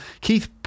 Keith